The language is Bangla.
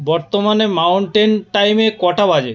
বর্তমানে মাউন্টেন টাইমে কটা বাজে